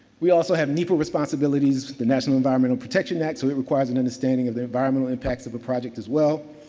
we also have an equal responsibilities to the national environmental protection act, so it requires an understanding of the environmental impacts of a project as well.